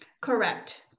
correct